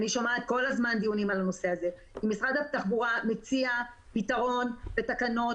אני שומעת דיונים על הנושא הזה כל הזמן ומציע פתרון בתקנות.